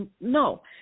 no